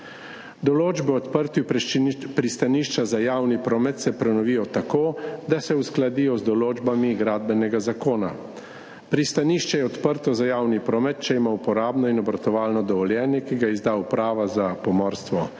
Določbe o odprtju pristanišča za javni promet se prenovijo tako, da se uskladijo z določbami Gradbenega zakona. Pristanišče je odprto za javni promet, če ima uporabno in obratovalno dovoljenje, ki ga izda Uprava za pomorstvo.